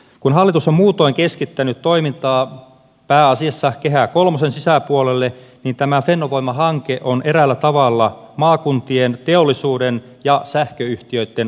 kun hallitus on muutoin keskittänyt toimintaa pääasiassa kehä kolmosen sisäpuolelle niin tämä fennovoima hanke on eräällä tavalla maakuntien teollisuuden ja sähköyhtiöitten vastaisku